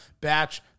Batch